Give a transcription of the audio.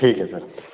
ठीक है सर